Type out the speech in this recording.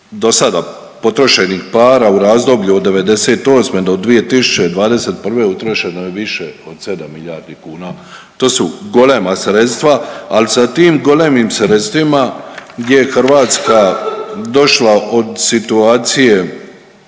do sada potrošenih para u razdoblju od '98.-2021. utrošeno je više od 7 milijardi kuna. To su golema sredstva, al sa tim golemim sredstvima gdje je Hrvatska došla od situacije